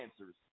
answers